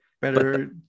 Better